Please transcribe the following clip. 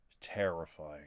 terrifying